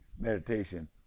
meditation